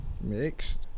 Mixed